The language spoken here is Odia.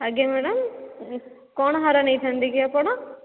ଆଜ୍ଞା ମ୍ୟାଡ଼ମ୍ କ'ଣ ହାର ନେଇଥାନ୍ତେ କି ଆପଣ